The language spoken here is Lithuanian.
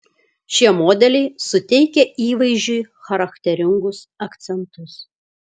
šie modeliai suteikia įvaizdžiui charakteringus akcentus